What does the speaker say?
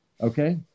Okay